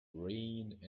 rained